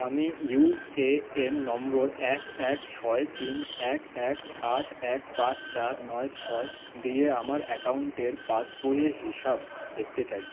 আমি ইউএএন নম্বর এক এক ছয় তিন এক এক আট এক পাঁচ চার নয় ছয় দিয়ে আমার অ্যাকাউন্টের পাসবইয়ের হিসাব দেখতে চাই